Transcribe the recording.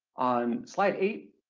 on slide eight,